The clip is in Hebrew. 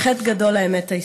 היא חטא גדול לאמת ההיסטורית.